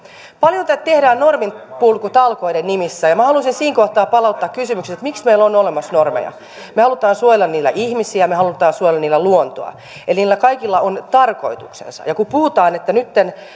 paljon täällä tehdään norminpurkutalkoiden nimissä ja minä haluaisin siinä kohtaa palauttaa mieleen kysymyksen miksi meillä on olemassa normeja me haluamme suojella niillä ihmisiä ja me haluamme suojella niillä luontoa eli niillä kaikilla on tarkoituksensa ja kun puhutaan että nytten